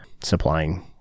supplying